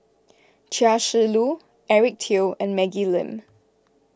Chia Shi Lu Eric Teo and Maggie Lim